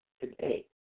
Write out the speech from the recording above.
today